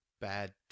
bad